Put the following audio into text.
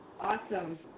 Awesome